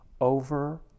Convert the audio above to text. over